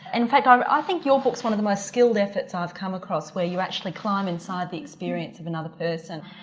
in fact um i think your book is one of the most skilled efforts i've come across, where you actually climb inside the experience of another person.